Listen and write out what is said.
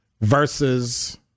versus